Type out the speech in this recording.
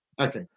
Okay